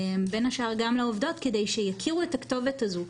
בין השאר גם לעובדות, כדי שיכירו את הכתובת הזו.